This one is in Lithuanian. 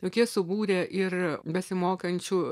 juk jie subūrė ir besimokančių